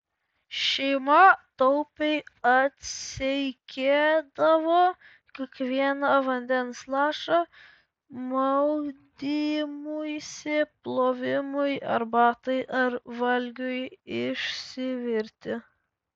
šeima taupiai atseikėdavo kiekvieną vandens lašą maudymuisi plovimui arbatai ar valgiui išsivirti